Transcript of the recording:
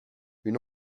une